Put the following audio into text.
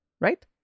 right